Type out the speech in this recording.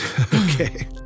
Okay